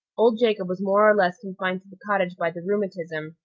old jacob was more or less confined to the cottage by the rheumatism,